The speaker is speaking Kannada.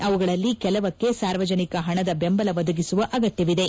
ಅವುಗಳಲ್ಲಿ ಕೆಲವಕ್ಕೆ ಸಾರ್ವಜನಿಕ ಹಣದ ಬೆಂಬಲ ಒದಗಿಸುವ ಅಗತ್ಯವಿದೆ